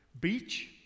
beach